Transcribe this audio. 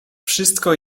wszystko